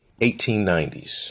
1890s